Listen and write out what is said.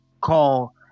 call